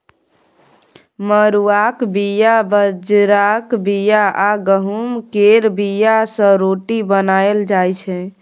मरुआक बीया, बजराक बीया आ गहुँम केर बीया सँ रोटी बनाएल जाइ छै